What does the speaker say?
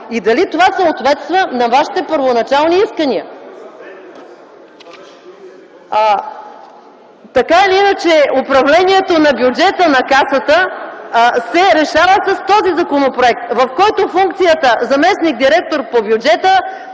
И дали това съответства на Вашите първоначални искания? Така или иначе, управлението на бюджета на Касата се решава с този законопроект, в който функцията заместник-директор по бюджета